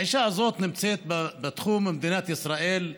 האישה הזאת נמצאת בתחום מדינת ישראל,